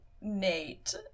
Nate